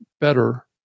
better